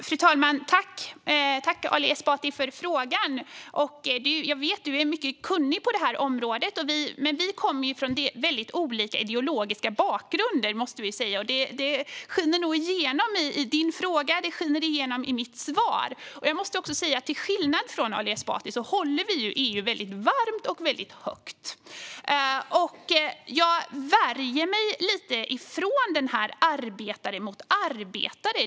Fru talman! Tack, Ali Esbati, för frågan! Jag vet att du är mycket kunnig på området. Men man måste väl säga vi kommer från väldigt olika ideologiska bakgrunder, och det skiner nog igenom i din fråga liksom i mitt svar. Till skillnad från Ali Esbati håller vi i Liberalerna EU väldigt varmt och väldigt högt. Jag värjer mig lite mot detta med att ställa arbetare mot arbetare.